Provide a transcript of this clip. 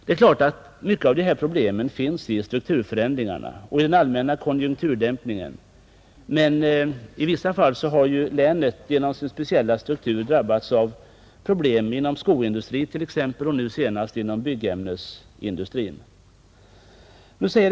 Det är klart att mycket av de här problemen bottnar i strukturförändringarna och i den allmänna konjunkturdämpningen, men i vissa fall har länet genom sin struktur drabbats av speciella problem — inom skoindustrin t.ex. och nu senast inom byggämnesindustrin.